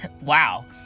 wow